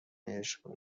عشق